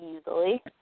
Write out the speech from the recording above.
easily